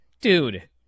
dude